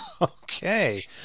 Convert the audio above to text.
Okay